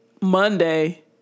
Monday